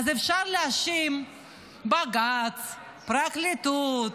אז אפשר להאשים את בג"ץ, את הפרקליטות,